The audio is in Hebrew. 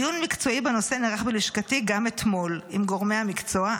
דיון מקצועי בנושא נערך בלשכתי גם אתמול עם גורמי המקצוע.